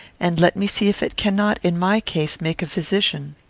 and let me see if it cannot, in my case, make a physician.